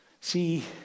see